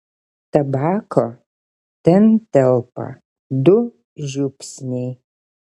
tabako ten telpa du žiupsniai